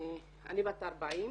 אני בת 40,